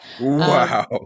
Wow